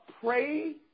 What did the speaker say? pray